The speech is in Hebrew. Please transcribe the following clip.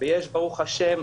ויש ברוך השם,